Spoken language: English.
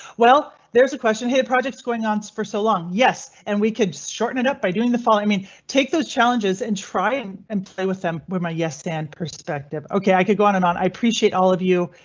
well there's a question here. projects going on for so long, yes, and we could shorten it up by doing the following mean take those challenges and try and and play with them with my yes stand perspective. ok i could go on and on. i appreciate all of you